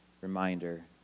reminder